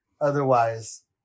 otherwise